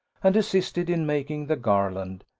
and assisted in making the garland,